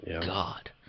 God